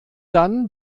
dann